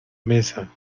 mesa